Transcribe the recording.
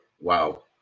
wow